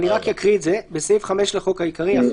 אקרא: בסעיף 5 לחוק העיקרי (1)